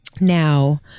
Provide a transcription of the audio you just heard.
Now